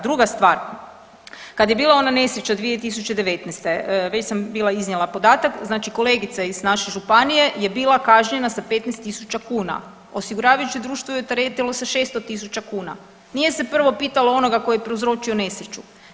Druga stvar, kad je bila ona nesreća 2019. već sam bila iznijela podatak, znači kolegica iz naše županije je bila kažnjena sa 15 tisuća kuna, osiguravajuće društvo ju je teretilo sa 600 tisuća kuna, nije se prvo pitalo onoga ko je prouzročio nesreću.